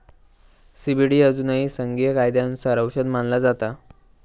CBD अजूनही संघीय कायद्यानुसार औषध मानला जाता